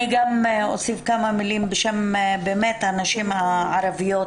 אני גם אוסיף כמה מילים בשם הנשים הערביות,